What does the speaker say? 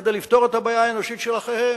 כדי לפתור את הבעיה האנושית של אחיהם.